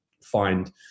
find